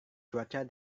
cuaca